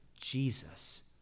Jesus